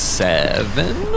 seven